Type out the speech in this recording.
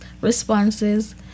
responses